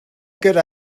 good